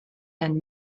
and